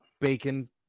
bacon